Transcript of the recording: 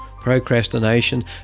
procrastination